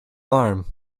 arm